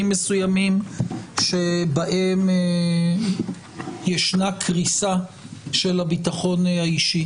מסוימים שבהם ישנה קריסה של הביטחון האישי.